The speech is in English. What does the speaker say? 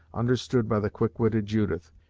understood by the quick-witted judith,